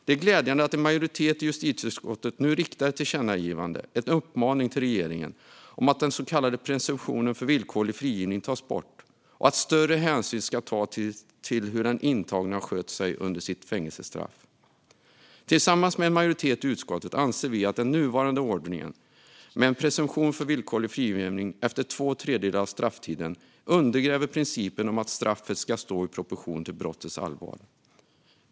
Det är glädjande att en majoritet i justitieutskottet nu riktar ett tillkännagivande, en uppmaning, till regeringen om att den så kallade presumtionen för villkorlig frigivning bör tas bort och större hänsyn tas till hur den intagne har skött sig under sitt fängelsestraff. Tillsammans med en majoritet i utskottet anser vi att den nuvarande ordningen, med en presumtion för villkorlig frigivning efter två tredjedelar av strafftiden, undergräver principen om att straffet ska stå i proportion till brottets allvar.